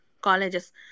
colleges